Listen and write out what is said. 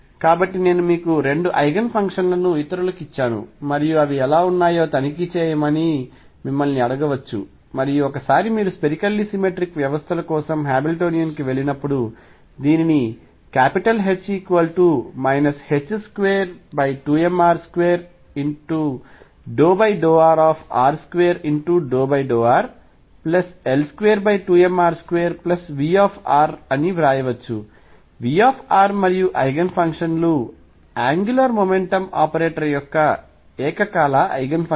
కాబట్టి నేను మీకు 2 ఐగెన్ ఫంక్షన్లను ఇతరులకు ఇచ్చాను మరియు అవి ఎలా ఉన్నాయో తనిఖీ చేయమని మిమ్మల్ని అడగవచ్చు మరియు ఒకసారి మీరు స్పెరికల్లీ సిమెట్రిక్ వ్యవస్థల కోసం హామిల్టోనియన్ కి వెళ్లినప్పుడు దీనిని H ℏ22mr2∂rr2∂rL22mr2V వ్రాయవచ్చు V మరియు ఐగెన్ ఫంక్షన్ లు యాంగులార్ మొమెంటం ఆపరేటర్ యొక్క ఏకకాల ఐగెన్ ఫంక్షన్ లు